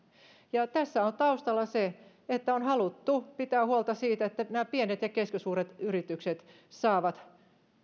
tässä on taustalla se että on haluttu pitää huolta siitä että pienet ja keskisuuret yritykset saavat